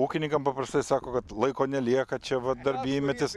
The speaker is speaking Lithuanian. ūkininkam paprastai sako kad laiko nelieka čia va darbymetis